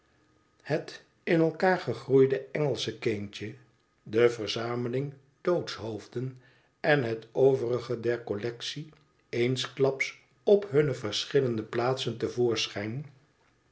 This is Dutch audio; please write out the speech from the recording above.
het in elkaar gegroeide engelsche kindje de verzameling doodshoofden en het overige der collectie eensklaps op hunne verschillende plaatsen